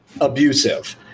abusive